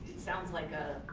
sounds like a.